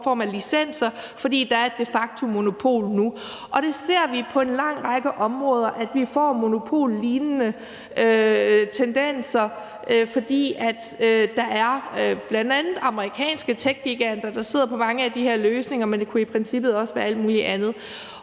form af licenser, fordi der de facto er et monopol nu. Det ser vi på en lang række områder, altså at vi får monopollignende tendenser, fordi bl.a. amerikanske techgiganter sidder på mange af de her løsninger, men det kunne i princippet også være alt muligt andet.